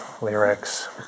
lyrics